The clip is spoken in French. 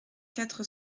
quatre